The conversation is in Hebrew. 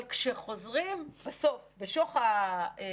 אבל כשחוזרים בסוף, בשוך הקרבות